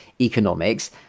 economics